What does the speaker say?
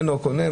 הקונה,